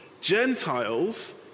Gentiles